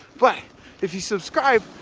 but if you subscribe,